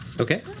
Okay